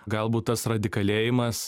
galbūt tas radikalėjimas